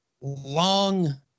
long